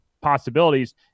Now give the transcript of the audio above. possibilities